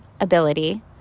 ability